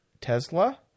Tesla